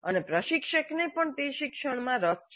અને પ્રશિક્ષકને તે શિક્ષણમાં પણ રસ છે